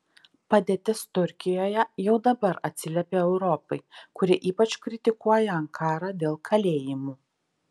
padėtis turkijoje jau dabar atsiliepia europai kuri ypač kritikuoja ankarą dėl kalėjimų